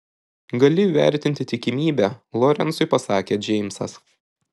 gali įvertinti tikimybę lorencui pasakė džeimsas